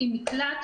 היא מקלט,